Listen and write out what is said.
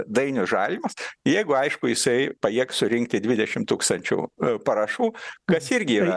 dainius žalimas jeigu aišku jisai pajėgs surinkti dvidešim tūkstančių parašų kas irgi yra